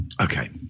Okay